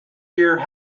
year